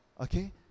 Okay